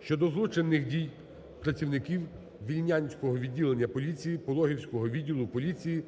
щодо злочинних дій працівників Вільнянського відділення поліціції Пологівського відділу поліції